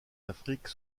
afrique